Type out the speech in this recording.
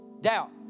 doubt